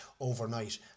overnight